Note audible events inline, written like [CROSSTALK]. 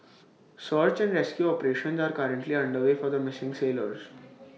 [NOISE] search and rescue operations are currently underway for the missing sailors